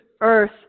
earth